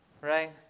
right